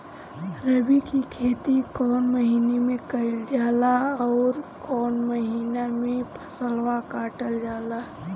रबी की खेती कौने महिने में कइल जाला अउर कौन् महीना में फसलवा कटल जाला?